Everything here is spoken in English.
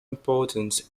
importance